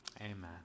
Amen